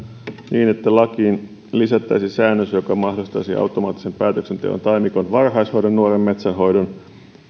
niin että lakiin lisättäisiin säännös joka mahdollistaisi automaattisen päätöksenteon taimikon varhaishoidon nuoren metsän hoidon